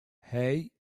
hey